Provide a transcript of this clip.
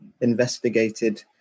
investigated